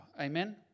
Amen